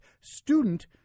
student